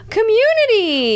Community